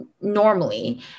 normally